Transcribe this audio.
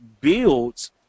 builds